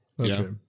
Okay